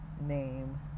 name